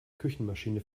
küchenmaschine